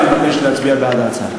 ואני מבקש להצביע בעד ההצעה.